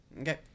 Okay